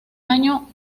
año